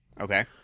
okay